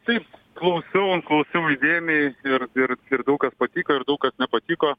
taip klausiau klausiau įdėmiai ir ir ir daug kas patiko ir daug kas nepatiko